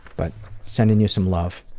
but sending you some love.